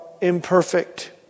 imperfect